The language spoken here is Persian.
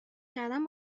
کردن